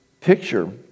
picture